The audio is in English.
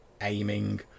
aiming